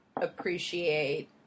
appreciate